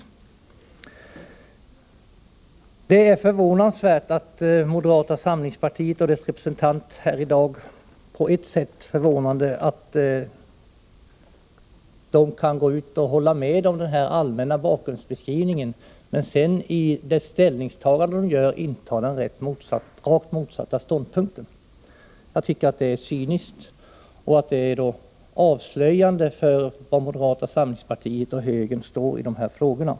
Det är på ett sätt förvånansvärt att moderata samlingspartiet och dess representant här i dag kan hålla med om den allmänna bakgrundsbeskrivningen men i sitt ställningstagande inta en rakt motsatt ståndpunkt. Det är cyniskt och avslöjande för var moderaterna står i dessa frågor.